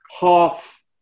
half